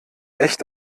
echt